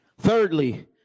Thirdly